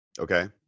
Okay